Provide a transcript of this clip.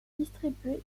distribuées